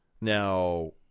Now